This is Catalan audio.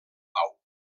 pau